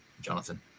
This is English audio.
Jonathan